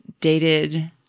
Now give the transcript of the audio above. dated